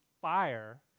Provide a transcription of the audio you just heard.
fire